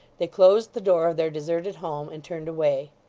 they closed the door of their deserted home, and turned away.